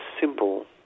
simple